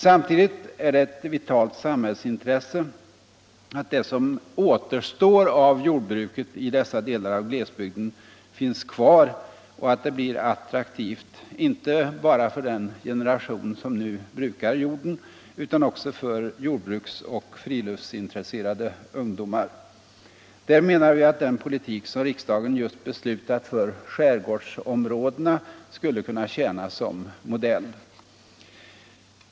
Samtidigt är det ett vitalt samhällsintresse att det som återstår av jordbruket i dessa delar av glesbygden finns kvar och att det blir attraktivt inte bara för den generation som nu brukar jorden där utan också för jordbruksoch friluftsintresserade ungdomar. Där menar vi att den politik som riksdagen just har beslutat för skärgårdsområdena skulle kunna tjäna som modell.